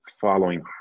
following